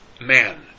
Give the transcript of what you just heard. man